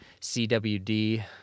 CWD